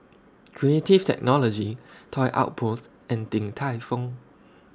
Creative Technology Toy Outpost and Din Tai Fung